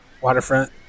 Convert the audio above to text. Waterfront